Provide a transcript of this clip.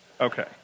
Okay